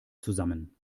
zusammen